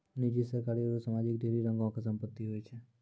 निजी, सरकारी आरु समाजिक ढेरी रंगो के संपत्ति होय छै